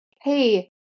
Hey